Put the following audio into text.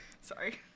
Sorry